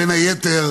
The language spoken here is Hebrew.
בין היתר